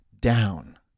down